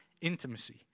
Intimacy